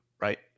right